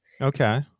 Okay